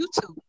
youtube